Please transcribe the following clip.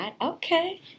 Okay